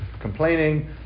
complaining